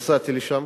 נסעתי לשם